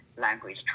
language